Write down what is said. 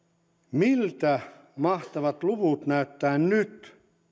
miltä mahtavat luvut näyttää nyt